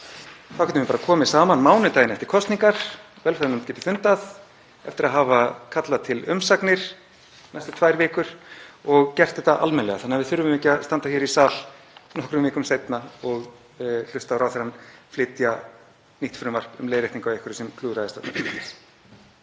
Þá getum við bara komið saman mánudaginn eftir kosningar, velferðarnefnd getur fundað eftir að hafa kallað til umsagnir næstu tvær vikur og gert þetta almennilega þannig að við þurfum ekki að standa hér í sal nokkrum vikum seinna og hlusta á ráðherrann flytja nýtt frumvarp um leiðréttingu á einhverju sem klúðraðist vegna flýtis.